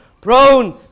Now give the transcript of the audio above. prone